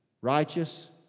Righteous